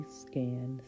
scan